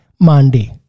Monday